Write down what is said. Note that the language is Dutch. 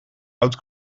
out